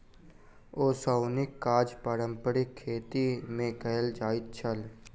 ओसौनीक काज पारंपारिक खेती मे कयल जाइत छल